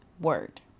word